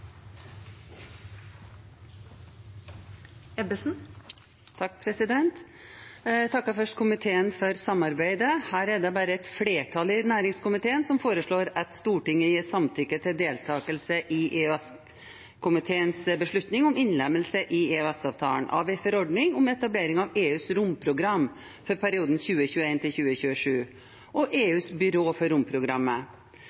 komiteen for samarbeidet også i denne saken, og i denne saken er det et flertall i næringskomiteen som foreslår at Stortinget gir samtykke til deltakelse i EØS-komiteens beslutning om innlemmelse i EØS-avtalen av forordning nr. 2021/523 om opprettelse av